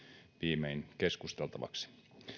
viimein keskusteltavaksi